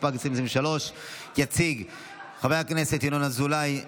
התשפ"ג 2023. יציג חבר הכנסת ינון אזולאי,